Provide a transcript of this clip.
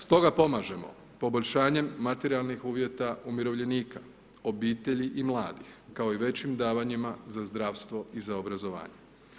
Stoga pomažemo poboljšanjem materijalnih uvjeta umirovljenika, obitelji i mladih kao i većim davanjima za zdravstvo i za obrazovanje.